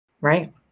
Right